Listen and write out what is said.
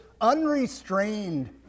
unrestrained